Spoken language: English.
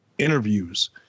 interviews